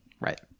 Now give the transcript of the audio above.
Right